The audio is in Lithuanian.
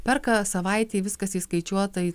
perka savaitei viskas įskaičiuota į